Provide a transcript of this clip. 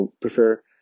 prefer